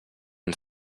ens